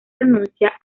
renuncia